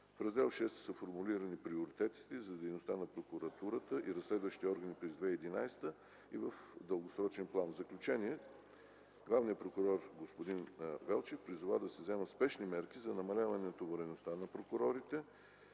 В Раздел VІ са формулирани приоритетите за дейността на прокуратурата и разследващите орани през 2011 г. и в дългосрочен план. В заключение господин Велчев призова да се вземат спешни мерки за намаляване натовареността на прокурорите,